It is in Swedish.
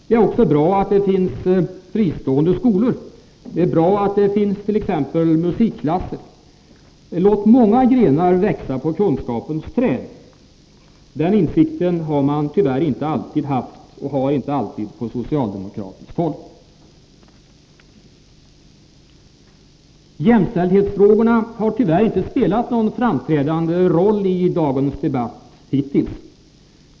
Det är också bra att det finns fristående skolor, det är bra att det finnst.ex. musikklasser. Låt många grenar växa på kunskapens träd! Den insikten har man tyvärr inte alltid på socialdemokratiskt håll. Jämställdhetsfrågorna har tyvärr inte spelat någon framträdande roll i dagens debatt hittills.